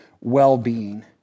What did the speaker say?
well-being